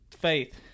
faith